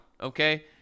Okay